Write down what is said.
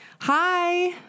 Hi